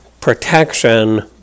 protection